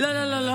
תודה רבה.